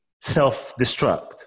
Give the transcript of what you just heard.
self-destruct